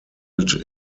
offices